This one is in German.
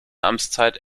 amtszeit